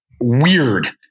weird